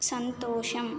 సంతోషం